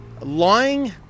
lying